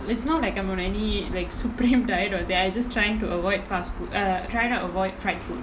it's not like I'm on any like supreme diet all that I'm just trying to avoid fast food err try to avoid fried food